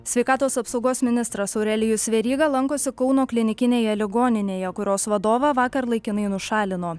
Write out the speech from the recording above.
sveikatos apsaugos ministras aurelijus veryga lankosi kauno klinikinėje ligoninėje kurios vadovą vakar laikinai nušalino